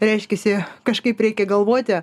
reiškiasi kažkaip reikia galvoti